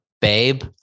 babe